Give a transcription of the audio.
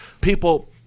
People